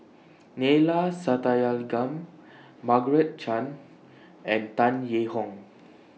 Neila Sathyalingam Margaret Chan and Tan Yee Hong